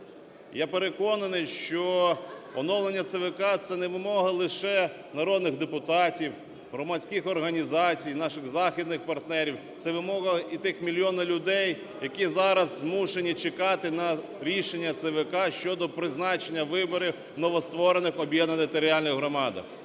Я переконаний, що оновлення ЦВК – це не вимога лише народних депутатів, громадських організацій, наших західних партнерів, це вимога і тих мільйону людей, які зараз змушені чекати на рішення ЦВК щодо призначення виборів в новостворених об'єднаних територіальних громадах.